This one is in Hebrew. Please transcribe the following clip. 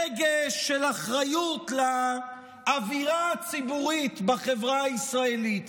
רגש של אחריות לאווירה הציבורית בחברה הישראלית.